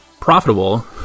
profitable